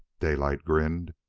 daylight grinned.